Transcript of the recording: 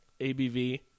ABV